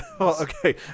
Okay